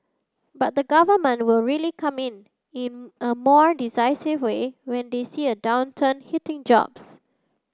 but the government will really come in in a more decisive way when they see a downturn hitting jobs